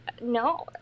no